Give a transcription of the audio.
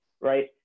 right